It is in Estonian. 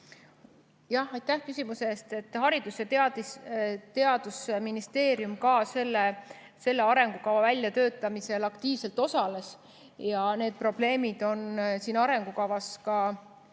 Aitäh küsimuse eest! Haridus‑ ja Teadusministeerium ka selle arengukava väljatöötamisel aktiivselt osales. Need probleemid on siia arengukavasse